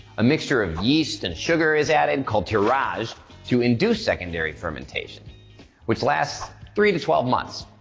a mixture of yeast and sugar is added called tirage to induce secondary fermentation which lasts three to twelve months.